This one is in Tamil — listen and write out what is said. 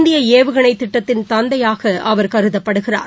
இந்தியஏவுகணைத் திட்டத்தின் தந்தையாகஅவர் கருதப்படுகிறார்